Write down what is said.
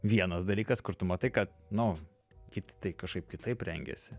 vienas dalykas kur tu matai kad nu kiti tai kažkaip kitaip rengiasi